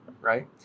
right